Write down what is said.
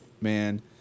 man